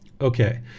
Okay